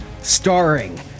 starring